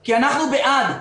כי אנחנו בעד.